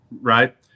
Right